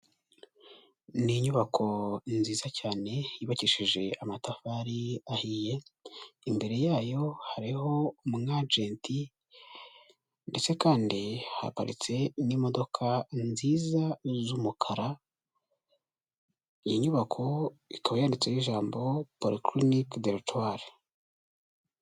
Ni inyubako nziza cyane yubakishije amatafari ahiye, imbere yayo hariho umu ajenti ndetse kandi haparitse n'imodoka nziza z'umukara, iyi nyubako ikaba yanditseho ijambo porukirinike do ritwari.